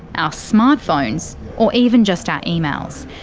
our smartphones or even just our emails.